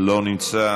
אינו נוכח,